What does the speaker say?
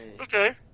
Okay